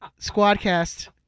Squadcast